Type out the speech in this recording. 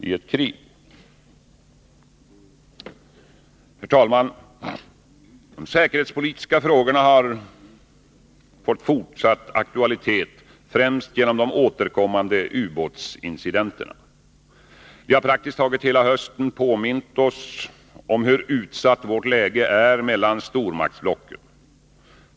De säkerhetspolitiska frågorna har fått fortsatt aktualitet, främst genom de återkommande ubåtsincidenterna. De har praktiskt taget hela hösten påmint oss om hur utsatt vårt läge är mellan stormaktsblocken.